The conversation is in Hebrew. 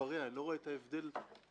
אנחנו מדברים על מדיניות הגבייה של הרשות.